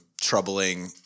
troubling